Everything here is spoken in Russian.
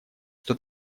что